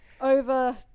over